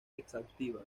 exhaustiva